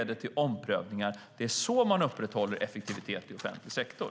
Det är så man upprätthåller effektivitet i offentlig sektor.